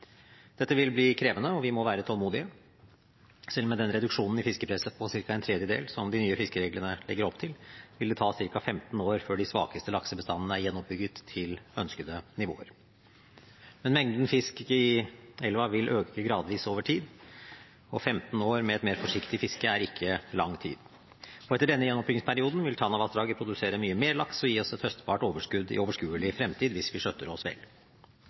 Dette vil bli krevende, og vi må være tålmodige. Selv med den reduksjonen i fiskepresset på ca. en tredjedel, som de nye fiskereglene legger opp til, vil det ta ca. 15 år før de svakeste laksebestandene er gjenoppbygget til ønskede nivåer. Men mengden fisk i elva vil øke gradvis over tid, og 15 år med et mer forsiktig fiske er ikke lang tid. Etter denne gjenoppbyggingsperioden vil Tanavassdraget produsere mye mer laks og gi oss et høstbart overskudd i overskuelig fremtid, hvis vi skjøtter oss vel.